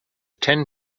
ten